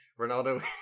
Ronaldo